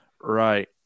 Right